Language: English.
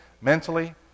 mentally